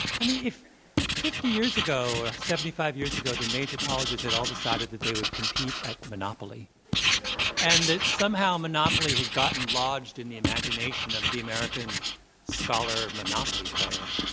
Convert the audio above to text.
i mean, if fifty years ago or seventy five years ago the major colleges had all decided that they would compete at monopoly and that somehow monopoly had gotten lodged in the imagination of the american scholar monopoly player.